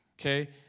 Okay